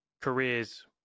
careers